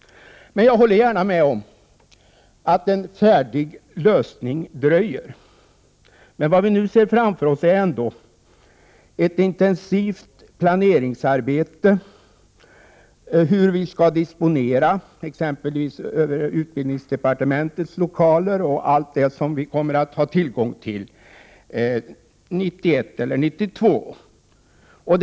Jag håller gärna med om att en färdig lösning kommer att dröja. Men vad vi ser framför oss är ändå ett intensivt planeringsarbete exempelvis när det gäller hur vi skall disponera utbildningsdepartementets lokaler och allt det som vi kommer att ha tillgång till 1991 eller 1992.